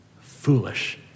foolish